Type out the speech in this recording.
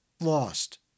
lost